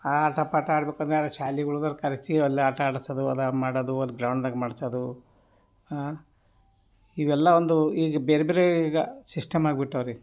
ಆಟ ಪಾಠ ಆಡ್ಬೇಕು ಅಂದರೆ ಶಾಲೆಗ್ ಹುಡ್ಗರು ಕರೆಸಿ ಇವೆಲ್ಲ ಆಟ ಆಡ್ಸೋದು ಅದು ಮಾಡೋದು ಅಲ್ಲಿ ಗ್ರೌಂಡ್ದಾಗ ಮಾಡ್ಸೋದು ಇವೆಲ್ಲ ಒಂದು ಈಗ ಬೇರೆ ಬೇರೆ ಈಗ ಸಿಸ್ಟಮ್ ಆಗ್ಬಿಟ್ಟಿವೆ ರೀ